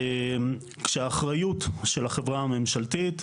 כשהאחריות של החברה הממשלתית,